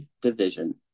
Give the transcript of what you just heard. Division